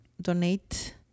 donate